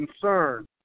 concern